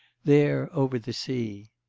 there over the sea.